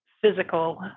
physical